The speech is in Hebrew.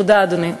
תודה, אדוני.